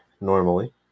normally